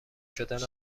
شدن